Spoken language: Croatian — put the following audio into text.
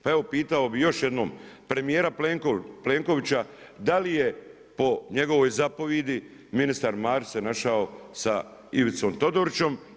Pa evo, pitao bi još jednom, premjera Plenkovića, da li je po njegovoj zapovijedi ministar Marić se našao sa Ivicom Todorićem?